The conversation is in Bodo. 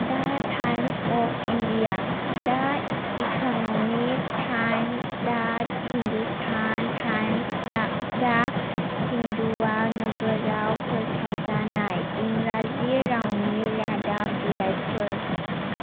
दा Times of India the Economic Times the Hindustan Times the Hindu आ नोगोराव फोसावजानाय इंग्राजि रावनि रादाब बिलाइफोर